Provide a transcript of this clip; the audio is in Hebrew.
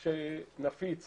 יש עוד הרבה מילים בהמשך, תמשיך.